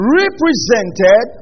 represented